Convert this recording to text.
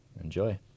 Enjoy